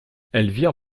elvire